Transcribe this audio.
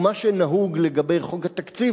ומה שנהוג לגבי חוק התקציב,